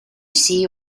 see